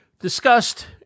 discussed